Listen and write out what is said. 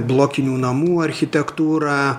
blokinių namų architektūra